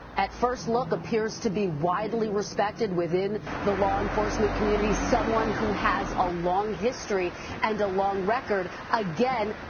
at first look, appears to be widely respected within the law enforcement community. someone who has a long history and a long record. again,